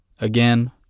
Again